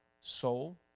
soul